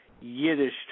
Yiddish